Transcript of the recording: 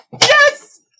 Yes